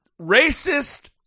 racist